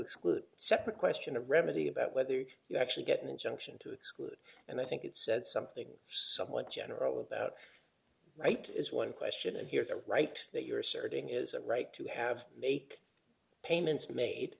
exclude a separate question of remedy about whether you actually get an injunction to exclude and i think it said something somewhat general about right is one question here that right that you're asserting isn't right to have make payments ma